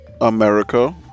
America